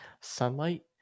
sunlight